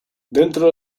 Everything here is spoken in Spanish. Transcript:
dentro